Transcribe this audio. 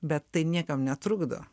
bet tai niekam netrukdo